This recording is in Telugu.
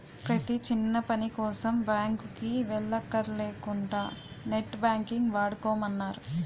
ప్రతీ చిన్నపనికోసం బాంకుకి వెల్లక్కర లేకుంటా నెట్ బాంకింగ్ వాడుకోమన్నారు